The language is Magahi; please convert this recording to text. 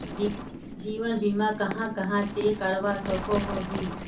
जीवन बीमा कहाँ कहाँ से करवा सकोहो ही?